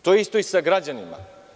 To je isto i sa građanima.